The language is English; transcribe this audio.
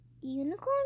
unicorn